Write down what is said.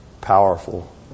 powerful